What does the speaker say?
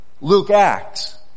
Luke-Acts